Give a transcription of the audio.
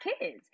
kids